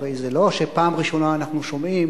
הרי זה לא שפעם ראשונה שאנחנו שומעים